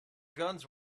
guns